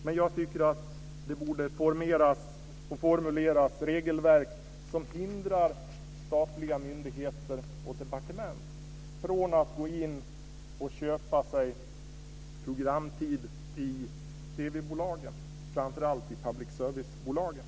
Men det borde formuleras regelverk som hindrar statliga myndigheter och departement att gå in och köpa sig programtid i TV-bolagen, och då framför allt i public service-bolagen.